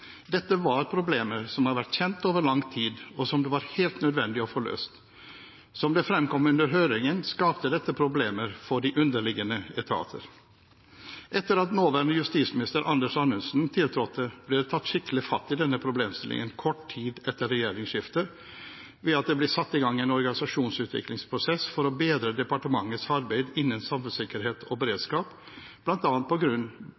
Dette var problemer som har vært kjent over lang tid, og som det var helt nødvendig å få løst. Som det fremkom under høringen, skapte dette problemer for de underliggende etater. Etter at nåværende justisminister, Anders Anundsen, tiltrådte, ble det tatt skikkelig fatt i denne problemstillingen kort tid etter regjeringsskiftet, ved at det ble satt i gang en organisasjonsutviklingsprosess for å bedre departementets arbeid innenfor samfunnssikkerhet og beredskap, bl.a. på grunn